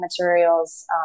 materials